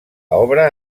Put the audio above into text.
obra